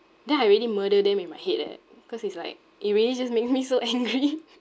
then I really murder them in my head eh cause it's like it really just make me so angry